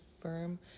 firm